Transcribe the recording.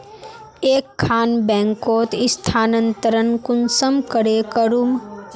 एक खान बैंकोत स्थानंतरण कुंसम करे करूम?